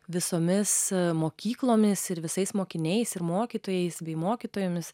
visomis mokyklomis ir visais mokiniais ir mokytojais bei mokytojomis